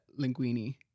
Linguini